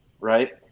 Right